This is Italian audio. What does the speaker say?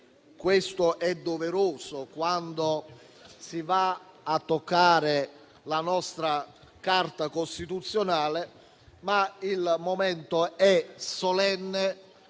perché è doveroso quando si va a toccare la nostra Carta costituzionale. Il momento è solenne